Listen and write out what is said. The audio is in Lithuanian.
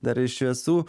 dar iš viesų